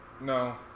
no